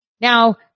Now